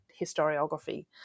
historiography